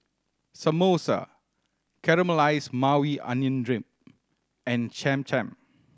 Samosa Caramelized Maui Onion Dip and Cham Cham